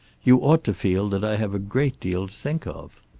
you ought to feel that i have a great deal to think of.